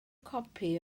copi